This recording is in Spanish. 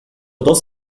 dos